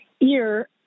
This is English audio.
ear